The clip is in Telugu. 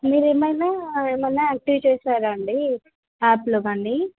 మీరు ఏమైనా ఏమన్నా యాక్టీవ్ చేశారా అండి యాప్లోకానీ